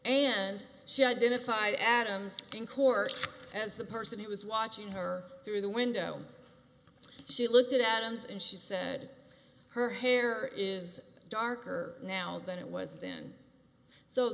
and she identified adams in court as the person who was watching her through the window she looked at adams and she said her hair is darker now than it was then so